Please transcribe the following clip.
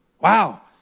Wow